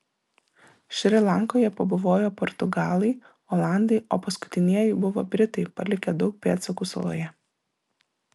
šri lankoje pabuvojo portugalai olandai o paskutinieji buvo britai palikę daug pėdsakų saloje